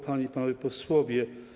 Panie i Panowie Posłowie!